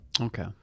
Okay